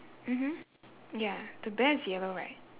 mmhmm ya the bear is yellow right